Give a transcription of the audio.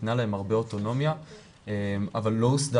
ניתנה להן הרבה אוטונומיה אבל לא הוסדר